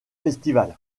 festival